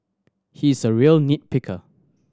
he is a real nit picker